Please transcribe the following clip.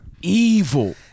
evil